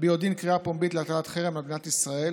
ביודעין קריאה פומבית להטלת חרם על מדינת ישראל